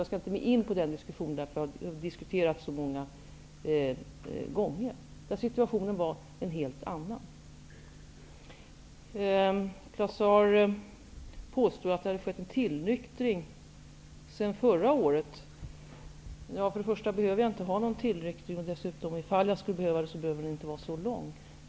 Jag skall inte fördjupa mig i den diskussionen, eftersom detta har diskuterats så många gånger förr. Claus Zaar påstod att det hade skett en tillnyktring sedan förra året. Jag behöver inte någon tillnyktring, och ifall jag skulle behöva det, skulle den inte behöva vara så lång.